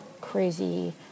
crazy